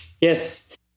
Yes